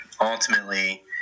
ultimately